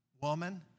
Woman